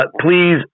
please